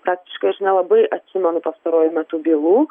praktiškai aš nelabai atsimenu pastaruoju metu bylų